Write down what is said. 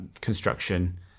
construction